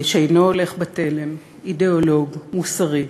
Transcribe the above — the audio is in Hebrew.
שאינו הולך בתלם, אידיאולוג, מוסרי,